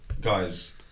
guys